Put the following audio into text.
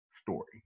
story